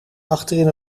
achterin